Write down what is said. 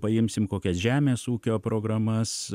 paimsim kokias žemės ūkio programas